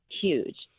huge